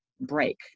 break